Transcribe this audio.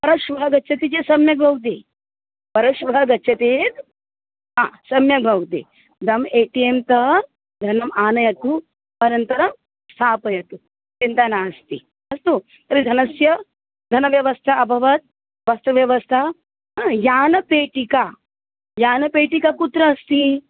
परश्वः गच्छति चेत् सम्यक् भवति परश्वः गच्छति चेत् हा सम्यक् भवति इदं ए टि एं तः धनम् आनयतु अनन्तरं स्थापयतु चिन्ता नास्ति अस्तु तर्हि धनस्य धनव्यवस्था अभवत् वस्त्रव्यवस्था यानपेटिका यानपेटिका कुत्र अस्ति